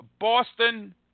Boston